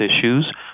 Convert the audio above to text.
issues